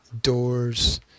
doors